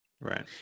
Right